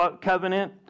covenant